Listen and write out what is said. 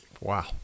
Wow